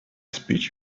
speech